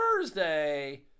Thursday